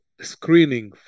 screening